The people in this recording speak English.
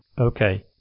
Okay